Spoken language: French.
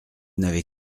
n’avez